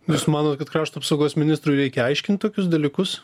jūs manot kad krašto apsaugos ministrui reikia aiškint tokius dalykus